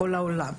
בכל העולם.